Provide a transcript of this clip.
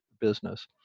business